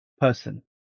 person